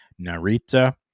Narita